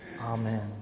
Amen